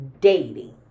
dating